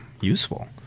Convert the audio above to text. useful